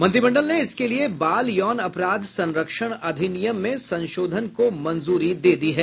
मंत्रिमंडल ने इसके लिए बाल यौन अपराध संरक्षण अधिनियम में संशोधन को मंजूरी दे दी है